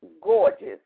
gorgeous